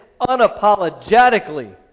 unapologetically